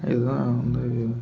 இதுதான் வந்து